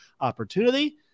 opportunity